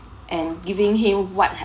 and giving him what h~